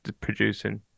producing